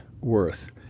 worth